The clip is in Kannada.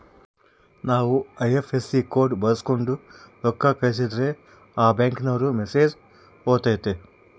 ನಾವು ಐ.ಎಫ್.ಎಸ್.ಸಿ ಕೋಡ್ ಬಳಕ್ಸೋಂಡು ರೊಕ್ಕ ಕಳಸಿದ್ರೆ ಆ ಬ್ಯಾಂಕಿನೋರಿಗೆ ಮೆಸೇಜ್ ಹೊತತೆ